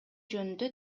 жөнүндө